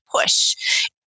push